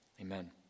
Amen